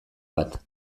bat